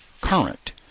current